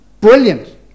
Brilliant